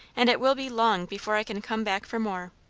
and it will be long before i can come back for more.